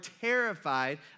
terrified